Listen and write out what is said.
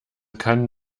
kann